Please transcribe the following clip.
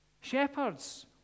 Shepherds